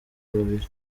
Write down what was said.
babiri